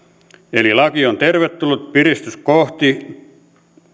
eli laki on tervetullut piristys kohti